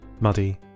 muddy